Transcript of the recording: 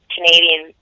Canadian